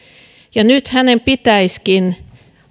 ja nyt hänen pitäisikin hakea työlupaa